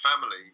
family